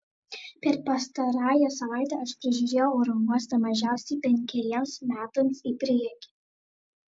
per pastarąją savaitę aš prisižiūrėjau aerouostų mažiausiai penkeriems metams į priekį